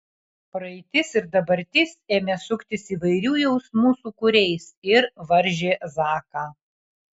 praeitis ir dabartis ėmė suktis įvairių jausmų sūkuriais ir varžė zaką